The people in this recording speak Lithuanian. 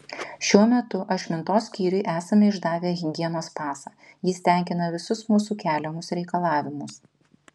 šiuo metu ašmintos skyriui esame išdavę higienos pasą jis tenkina visus mūsų keliamus reikalavimus